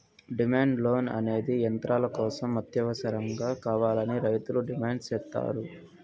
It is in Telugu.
డిమాండ్ లోన్ అనేది యంత్రాల కోసం అత్యవసరంగా కావాలని రైతులు డిమాండ్ సేత్తారు